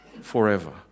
forever